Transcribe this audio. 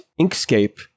Inkscape